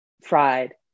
fried